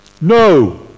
No